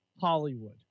Hollywood